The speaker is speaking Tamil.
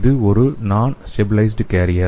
இது ஒரு நான் ஸ்டெபிலைஸ்ட் கேரியர்